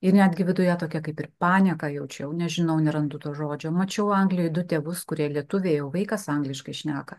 ir netgi viduje tokia kaip ir panieką jaučiau nežinau nerandu to žodžio mačiau anglijoje du tėvus kurie lietuviai o vaikas angliškai šneka